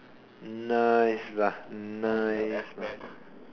nice lah nice lah